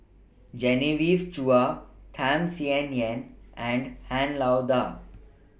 Genevieve Chua Tham Sien Yen and Han Lao DA